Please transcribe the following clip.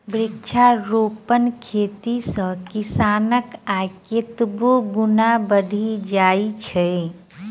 वृक्षारोपण खेती सॅ किसानक आय कतेको गुणा बढ़ि जाइत छै